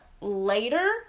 later